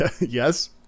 Yes